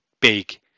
big